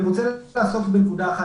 אני רוצה לעסוק בנקודה אחת.